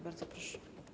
Bardzo proszę.